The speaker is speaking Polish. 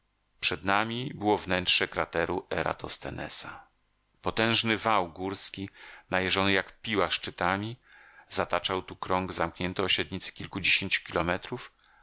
przed nami było wnętrze krateru eratosthenesa potężny wał górski najeżony jak piła szczytami zataczał tu krąg zamknięty o średnicy kilkudziesięciu kilometrów